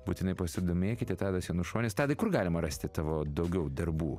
būtinai pasidomėkite tadas janušonis tadai kur galima rasti tavo daugiau darbų